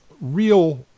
real